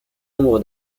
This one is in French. nombre